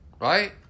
Right